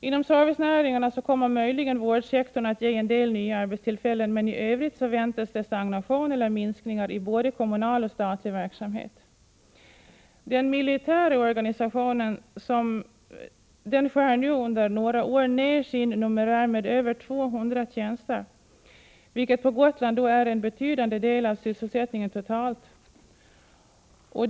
Inom servicenäringarna kommer möjligen vårdsektorn att ge en del nya arbetstillfällen, men i övrigt väntas stagnation eller minskningar i både kommunal och statlig verksamhet. Den militära organisationen skär nu under några år ned sin numerär med över 200 tjänster, vilket på Gotland är en betydande del av den totala sysselsättningen.